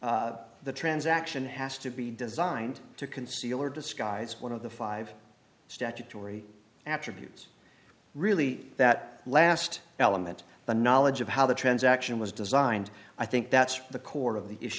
then the transaction has to be designed to conceal or disguise one of the five statutory attributes really that last element the knowledge of how the transaction was designed i think that's the core of the issue